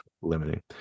limiting